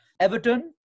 Everton